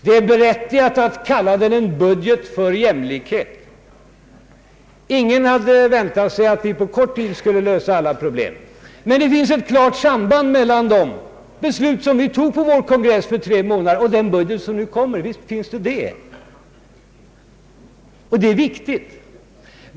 Det är berättigat att kalla den en budget för jämlikhet. Ingen hade väntat sig att vi på kort tid skulle lösa alla problem, men det finns ett klart samband mellan de beslut vi fattade på vår kongress för tre månader sedan och det budgetförslag som nu läggs fram. Visst finns ett sådant samband och det är viktigt.